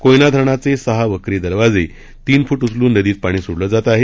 कोयना धरणाचे सहा वक्री दरवाजे साडे तीन फ्ट उचलून नदीत पाणी सोडलं जात आहे